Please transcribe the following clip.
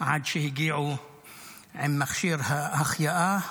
עד שהגיעו עם מכשיר ההחייאה,